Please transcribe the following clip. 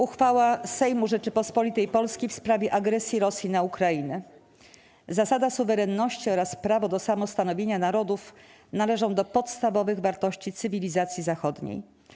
Uchwała Sejmu Rzeczypospolitej Polskiej w sprawie agresji Rosji na Ukrainę Zasada suwerenności oraz prawo do samostanowienia narodów należą do podstawowych wartości cywilizacji zachodniej.